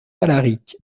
alaric